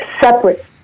separate